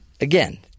again